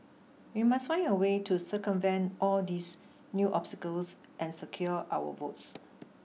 we must find a way to circumvent all these new obstacles and secure our votes